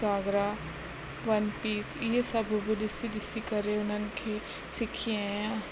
घाघरा one piece इहे सभु बि ॾिसी ॾिसी करे उन्हनि खे सिखी आहियां